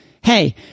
Hey